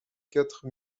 quatre